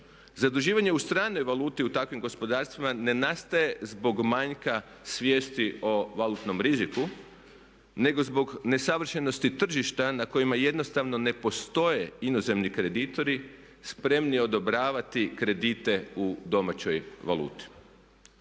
Zaduživanje u stranoj valuti u takvim gospodarstvima ne nastaje zbog manjka svijesti o valutnom riziku, nego zbog nesavršenosti tržišta na kojima jednostavno ne postoje inozemni kreditori spremni odobravati kredite u domaćoj valuti.